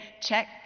check